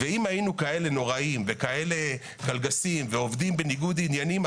אם היינו כאלה נוראים וכאלה קלגסים ועובדים בניגוד עניינים,